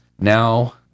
Now